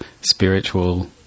spiritual